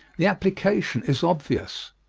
the application is obvious.